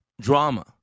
Drama